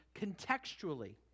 contextually